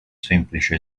semplice